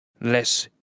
less